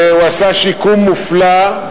הוא עשה שיקום מופלא,